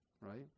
Right